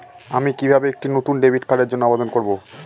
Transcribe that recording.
আমি কিভাবে একটি নতুন ডেবিট কার্ডের জন্য আবেদন করব?